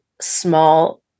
small